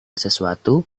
sesuatu